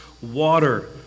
water